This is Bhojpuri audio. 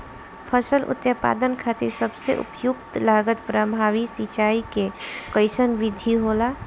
फसल उत्पादन खातिर सबसे उपयुक्त लागत प्रभावी सिंचाई के कइसन विधि होला?